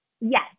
Yes